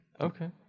Okay